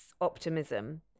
optimism